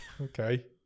Okay